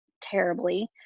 terribly